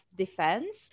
defense